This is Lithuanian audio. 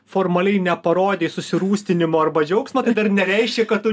formaliai neparodei susirūstinimo arba džiaugsmo tai dar nereiškia kad tu